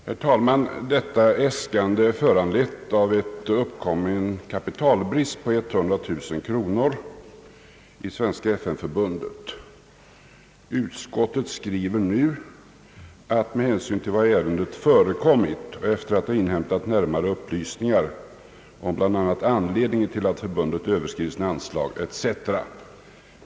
Herr talman! Detta äskande är föranlett av en uppkommen kapitalbrist på 100 000 kronor hos Svenska FN-förbundet. Utskottet skriver nu: »Med hänsyn till vad i ärendet förekommit och efter att ha inhämtat närmare upplysningar om bl.a. anledningen till att förbundet överskridit sina anslag ———» eic.